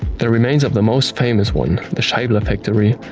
the remains of the most famous one, the scheibler factory,